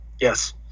Yes